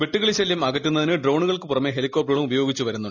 വെട്ടുക്കിളി ശല്യം അകറ്റുന്നതിന് ഡ്രോണുകൾക്ക് പുറമെ ഹെലികോപ്റ്ററുകളും ഉപയോഗിക്കുന്നു